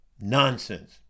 nonsense